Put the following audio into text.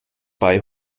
bei